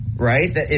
Right